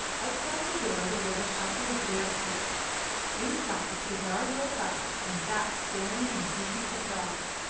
outside the door there was a shuffle of bare feet inside, the guard woke up and sat staring in sleepy surprise.